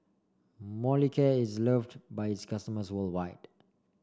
Molicare is loved by its customers worldwide